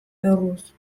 erruz